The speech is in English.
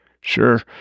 Sure